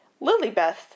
Lilybeth